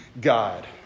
God